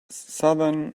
southern